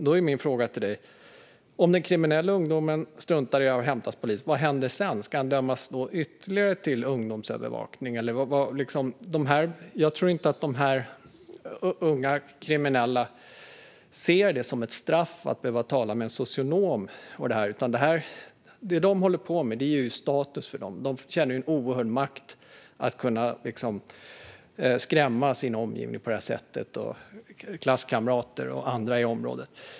Då är min fråga till ministern: Om den kriminella ungdomen struntar i att låta sig hämtas av polis, vad händer sedan? Ska han då dömas till ytterligare ungdomsövervakning? Jag tror inte att de här unga kriminella ser det som ett straff att behöva tala med en socionom. Det de håller på med ger status för dem. De känner en oerhörd makt när de på det här sättet kan skrämma sin omgivning - klasskamrater och andra i området.